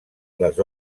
les